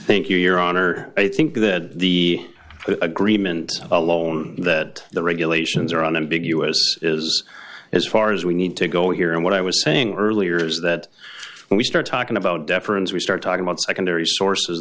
thank you your honor i think that the agreement alone that the regulations are on ambiguous is as far as we need to go here and what i was saying earlier is that when we start talking about deference we start talking about secondary sources